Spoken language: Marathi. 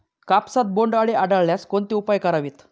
कापसात बोंडअळी आढळल्यास कोणते उपाय करावेत?